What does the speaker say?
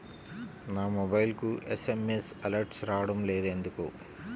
నా మొబైల్కు SMS alerts రావడం లేదు ఎందుకు?